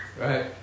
right